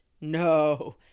No